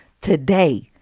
today